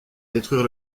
détruire